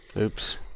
Oops